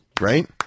Right